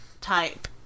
type